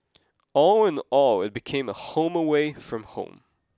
all in all it became a home away from home